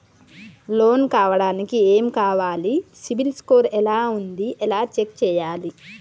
Loan కావడానికి ఏమి కావాలి సిబిల్ స్కోర్ ఎలా ఉంది ఎలా చెక్ చేయాలి?